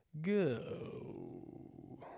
go